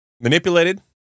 Manipulated